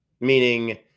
Meaning